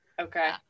Okay